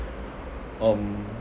um